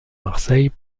marseille